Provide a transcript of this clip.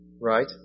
right